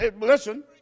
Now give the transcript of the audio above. Listen